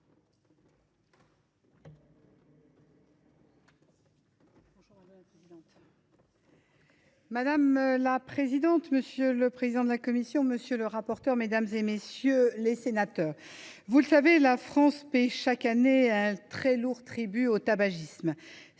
Madame la présidente, monsieur le président de la commission, monsieur le rapporteur, mesdames, messieurs les sénateurs, vous le savez, la France paie chaque année un lourd tribut au tabagisme.